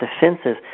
defenses